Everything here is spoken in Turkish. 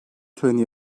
töreni